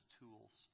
tools